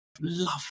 love